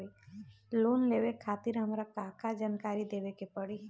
Loan लेवे खातिर हमार का का जानकारी देवे के पड़ी?